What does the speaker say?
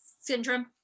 syndrome